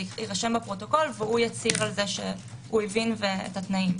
יירשם בפרוטוקול והוא יצהיר שהבין את התנאים.